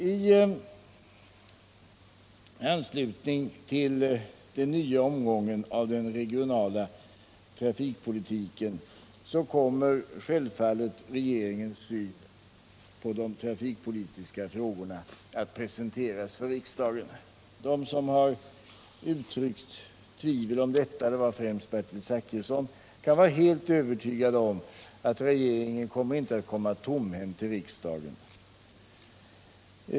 I anslutning till den nya omgången av den regionala trafikpolitiken kommer självfallet regeringens syn på de trafikpolitiska frågorna att presenteras för riksdagen. De som har uttryckt tvivel härom — det var främst Bertil-Zachrisson — kan vara helt övertygade om att regeringen inte skall komma tomhänt till riksdagen.